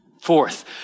Fourth